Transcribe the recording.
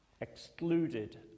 excluded